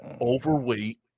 overweight